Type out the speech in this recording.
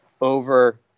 over